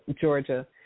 Georgia